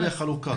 והחלוקה.